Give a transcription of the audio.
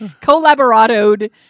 Collaborated